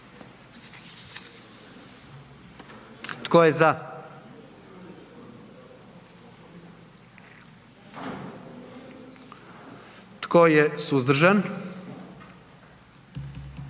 Tko je za? Hvala. Tko je suzdržan?